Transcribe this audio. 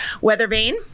Weathervane